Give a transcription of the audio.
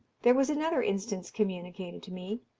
there was another instance communicated to me.